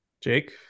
Jake